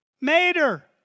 Mater